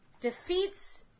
defeats